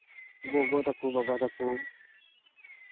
ᱜᱚᱜᱚ ᱛᱟᱠᱚ ᱵᱟᱵᱟ ᱛᱟᱠᱚ